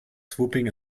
swooping